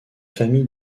famille